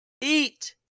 Eat